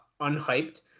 unhyped